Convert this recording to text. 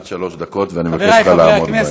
עד שלוש דקות, ואני מבקש ממך לעמוד בהן.